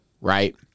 right